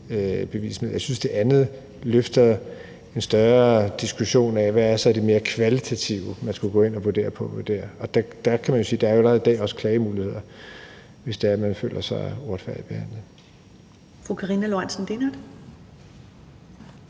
bevismidler. Jeg synes, at det andet løfter en større diskussion af, hvad der så er det mere kvalitative, man skulle gå ind og vurdere. Der kan man jo sige, at der allerede i dag også er klagemuligheder, hvis det er, man føler sig uretfærdigt behandlet.